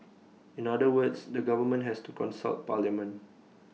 in other words the government has to consult parliament